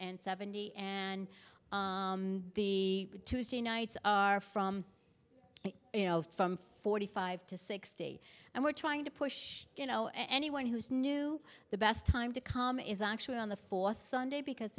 and seventy and the tuesday nights are from you know from forty five to sixty and we're trying to push you know anyone who's new the best time to come is actually on the fourth sunday because